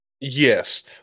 Yes